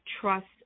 trust